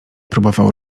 próbował